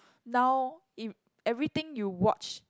now in everything you watch